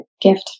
gift